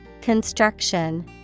Construction